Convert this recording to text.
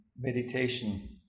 meditation